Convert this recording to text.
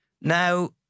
Now